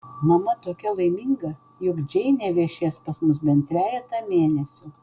mama tokia laiminga juk džeinė viešės pas mus bent trejetą mėnesių